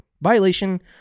violation